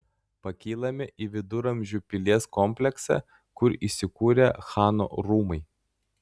pakylame į viduramžių pilies kompleksą kur įsikūrę chano rūmai